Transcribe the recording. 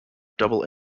double